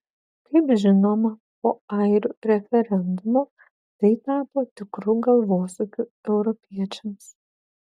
kaip žinoma po airių referendumo tai tapo tikru galvosūkiu europiečiams